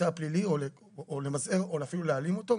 הפלילי או למזער או אפילו להעלים אותו,